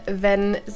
wenn